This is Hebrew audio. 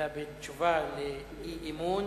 אלא בתשובה לאי-אמון.